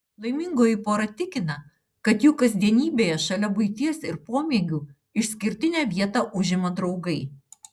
laimingoji pora tikina kad jų kasdienybėje šalia buities ir pomėgių išskirtinę vietą užima draugai